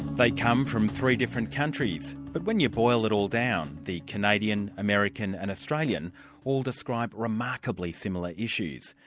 they come from three different countries, but when you boil it all down, the canadian, american and australian all describe remarkably similar issues,